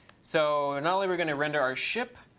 so not only we're going to render our ship,